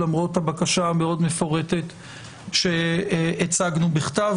למרות הבקשה המאוד מפורטת שהצגנו בכתב,